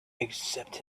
except